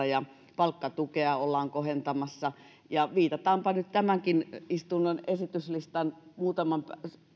ja palkkatukea ollaan kohentamassa viitataanpa nyt tämänkin istunnon esityslistaan muutaman